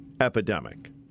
epidemic